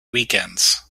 weekends